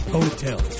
Hotel